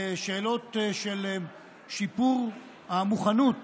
בשאלות של שיפור המוכנות